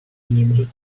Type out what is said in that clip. inimesed